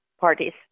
parties